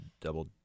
double